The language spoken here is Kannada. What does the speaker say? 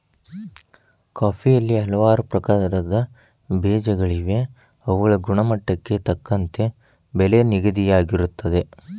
ಕಾಫಿಯಲ್ಲಿ ಹಲವಾರು ಪ್ರಕಾರದ ಬೇಜಗಳಿವೆ ಅವುಗಳ ಗುಣಮಟ್ಟಕ್ಕೆ ತಕ್ಕಂತೆ ಬೆಲೆ ನಿಗದಿಯಾಗಿರುತ್ತದೆ